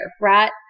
right